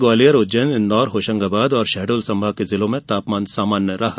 ग्वालियर उज्जैन इंदौर होशंगाबाद और शहडोल संभाग के जिलों में तापमान सामान्य रहा